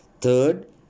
third